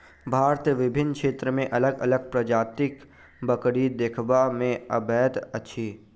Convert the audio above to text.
भारतक विभिन्न क्षेत्र मे अलग अलग प्रजातिक बकरी देखबा मे अबैत अछि